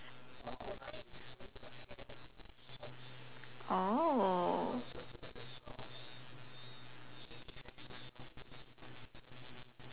oh